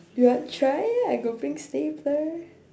do you want try I got bring stapler